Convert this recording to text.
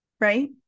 right